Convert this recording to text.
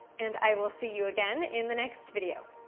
and i will see you again in the next video.